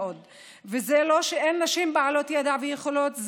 זה לא שאין נשים בעלות ידע ויכולת,